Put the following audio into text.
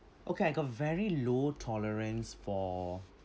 okay I got very low tolerance for